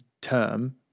term